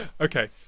Okay